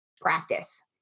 practice